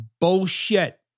bullshit